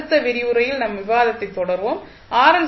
அடுத்த விரிவுரையில் நம் விவாதத்தைத் தொடருவோம் ஆர்